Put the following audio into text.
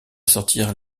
sortir